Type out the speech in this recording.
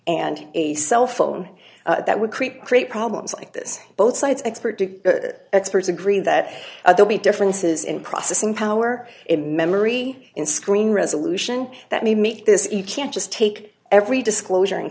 and a cell phone that would create create problems like this both sides expert to experts agree that they'll be differences in processing power in memory in screen resolution that meet this you can't just take every disclosure and